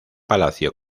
palacio